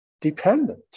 dependent